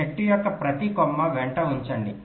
కానీ చెట్టు యొక్క ప్రతి కొమ్మ వెంట ఉంచండి